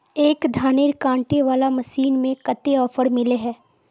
एक धानेर कांटे वाला मशीन में कते ऑफर मिले है?